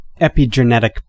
epigenetic